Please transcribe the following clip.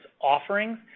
offerings